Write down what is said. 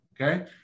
Okay